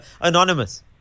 anonymous